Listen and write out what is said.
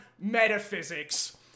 metaphysics